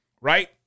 Right